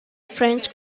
french